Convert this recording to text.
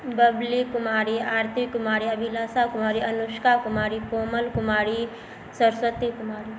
Babli Kumari Aarti Kumari Abhilasha Kumari Anushka Kumari Komal Kumari Saraswati Kumari